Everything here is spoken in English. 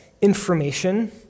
information